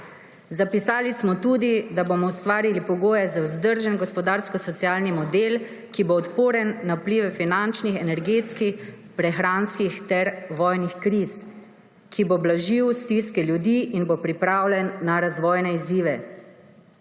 Zapisali smo tudi, da bomo ustvarili pogoje za vzdržen gospodarsko-socialni model, ki bo odporen na vplive finančnih, energetskih, prehranskih ter vojnih kriz, ki bo blažil stiske ljudi in bo pripravljen na razvojne izzive.